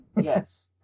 Yes